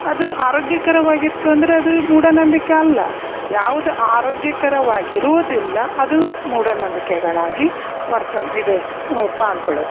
ಅದು ಆರೋಗ್ಯಕರವಾಗಿತ್ತು ಅಂದರೆ ಅದು ಮೂಢನಂಬಿಕೆ ಅಲ್ಲ ಯಾವ್ದು ಆರೋಗ್ಯಕರವಾಗಿ ಇರುವುದಿಲ್ಲ ಅದು ಮೂಢನಂಬಿಕೆಗಳಾಗಿ ವರ್ತಮ್ ಇದು ಪಾಲ್ಗೊಳ್ಳುತ್ತೆ